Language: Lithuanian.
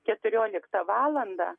keturioliktą valandą